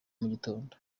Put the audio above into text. mugitondo